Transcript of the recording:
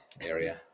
area